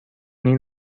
این